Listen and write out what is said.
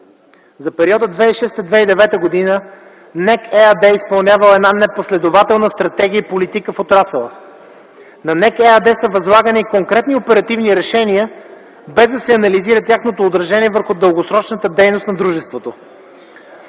За периода 2006 - 2009 г. НЕК ЕАД е изпълнявала една непоследователна стратегия и политика в отрасъла. На НЕК ЕАД са възлагани конкретни оперативни решения, без да се анализира тяхното отражение върху дългосрочната дейност на дружеството.